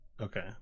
okay